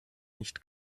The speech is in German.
nicht